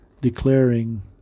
declaring